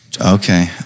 Okay